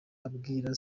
abwira